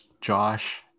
josh